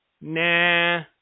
nah